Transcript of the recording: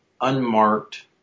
unmarked